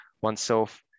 oneself